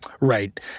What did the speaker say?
Right